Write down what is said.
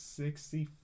sixty